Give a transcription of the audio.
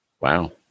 Wow